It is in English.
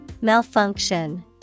Malfunction